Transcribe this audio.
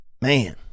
Man